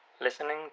Listening